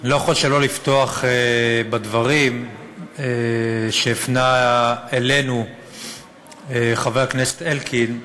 אני לא יכול שלא לפתוח בדברים שהפנה אלינו חבר הכנסת אלקין,